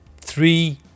three